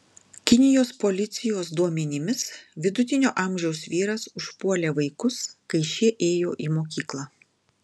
kinijos policijos duomenimis vidutinio amžiaus vyras užpuolė vaikus kai šie ėjo į mokyklą